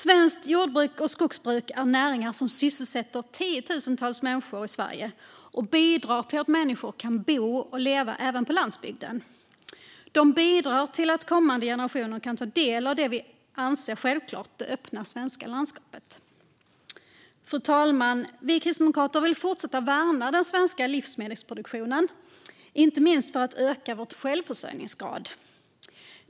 Svenskt jordbruk och skogsbruk är näringar som sysselsätter tiotusentals människor i Sverige och bidrar till att människor kan bo och leva även på landsbygden. De bidrar till att kommande generationer kan ta del av det vi anser självklart, det öppna svenska landskapet. Fru talman! Kristdemokraterna vill fortsätta att värna den svenska livsmedelsproduktionen, inte minst för att öka vår självförsörjningsgrad.